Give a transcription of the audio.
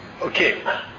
Okay